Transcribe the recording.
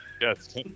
Yes